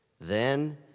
Then